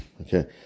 Okay